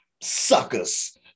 suckers